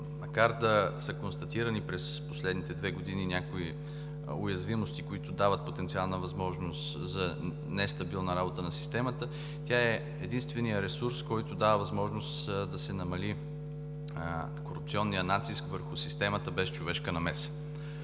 години да са констатирани някои уязвимости, които дават потенциална възможност за нестабилна работа на системата, тя е единственият ресурс, който дава възможност да се намали корупционният натиск върху системата без човешка намеса.